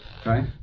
Okay